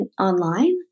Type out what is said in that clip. online